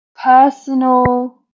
personal